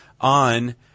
on